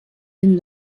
den